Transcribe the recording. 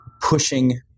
pushing